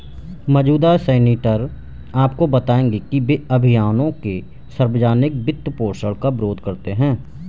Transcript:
मौजूदा सीनेटर आपको बताएंगे कि वे अभियानों के सार्वजनिक वित्तपोषण का विरोध करते हैं